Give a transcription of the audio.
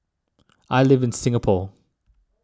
I live in Singapore